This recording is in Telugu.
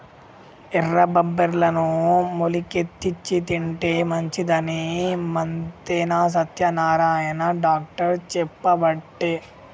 ఎర్ర బబ్బెర్లను మొలికెత్తిచ్చి తింటే మంచిదని మంతెన సత్యనారాయణ డాక్టర్ చెప్పబట్టే